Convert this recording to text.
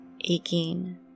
aching